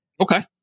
Okay